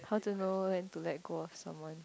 how to know when to let go of someone